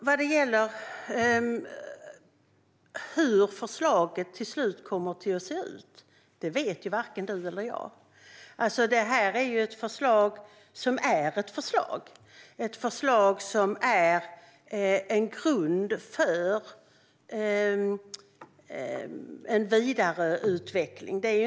Herr talman! Hur förslaget till slut kommer att se ut vet varken Ulrika Carlsson eller jag. Det är ett förslag som är en grund för vidareutveckling.